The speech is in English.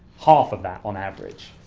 half of that on average.